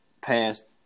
past